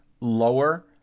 lower